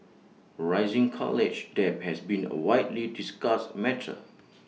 rising college debt has been A widely discussed matter